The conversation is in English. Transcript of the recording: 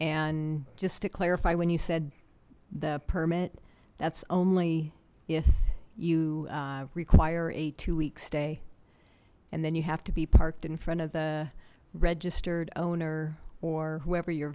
and just to clarify when you said the permit that's only if you require a two week stay and then you have to be parked in front of the registered owner or whoever you're